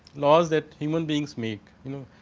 laws at human beings make you know,